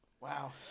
Wow